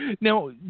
Now